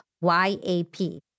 Y-A-P